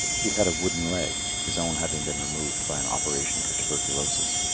he had a wooden leg, his own having been removed by an operation for tuberculosis.